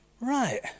right